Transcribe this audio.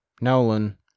Nolan